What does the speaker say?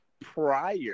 prior